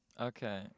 okay